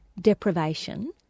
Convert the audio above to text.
deprivation